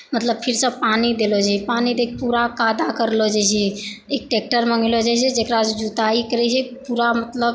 मतलब फिर सऽ पानी देलऽ जै पानी पूरा कादा करलो जाइ छै फिर टेक्टर मंगलो जाइ छै जेकरा सऽ जुताई करै छै पूरा मतलब कादा